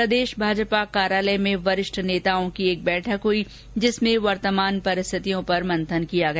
प्रदेश भाजपा कार्यालय में वरिष्ठ नेताओं की एक बैठक हुई जिसमें वर्तमान परिस्थितियों पर मंथन किया गया